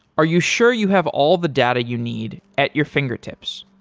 are you sure you have all the data you need at your fingertips?